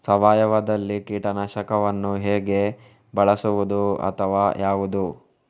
ಸಾವಯವದಲ್ಲಿ ಕೀಟನಾಶಕವನ್ನು ಹೇಗೆ ಬಳಸುವುದು ಅಥವಾ ಯಾವುದು?